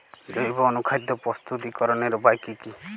জৈব অনুখাদ্য প্রস্তুতিকরনের উপায় কী কী?